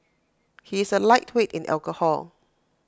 he is A lightweight in alcohol